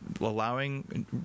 allowing